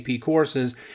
courses